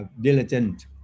Diligent